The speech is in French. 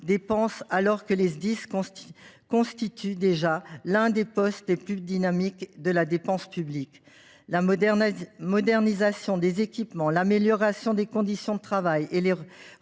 dépenses, alors que ces services constituent déjà l’un des postes les plus dynamiques de la dépense publique. En effet, la modernisation des équipements, l’amélioration des conditions de travail et les